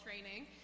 training